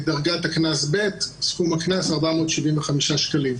דרגת הקנס היא ב' והסכום הוא 475 שקלים.